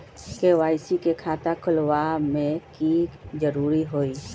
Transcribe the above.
KYC के खाता खुलवा में की जरूरी होई?